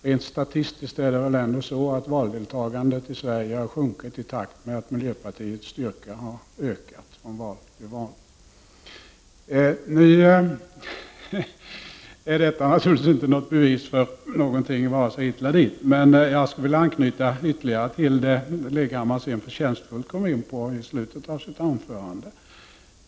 Rent statistiskt är det väl ändå så, att valdeltagandet i Sverige har sjunkit i takt med att miljöpartiets styrka har ökat från val till val. Nu är detta naturligtvis inte bevis för någonting vare sig hit eller dit. Men jag skulle vilja anknyta till det som Hans Leghammar sedan förtjänstfullt kom in på i slutet av sitt anförande.